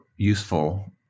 Useful